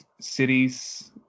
cities